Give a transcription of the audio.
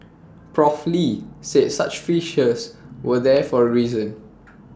Prof lee said such features were there for A reason